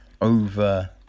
over